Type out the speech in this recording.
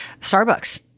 Starbucks